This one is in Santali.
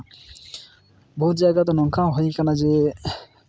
ᱵᱚᱦᱩᱛ ᱡᱟᱭᱜᱟ ᱨᱮᱫᱚ ᱱᱚᱝᱠᱟ ᱦᱚᱸ ᱦᱩᱭ ᱠᱟᱱᱟ ᱡᱮ